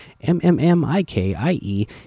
M-M-M-I-K-I-E